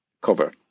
cover